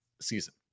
season